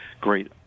great